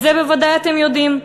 את זה בוודאי אתם יודעים,